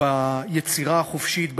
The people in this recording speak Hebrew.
ביצירה החופשית,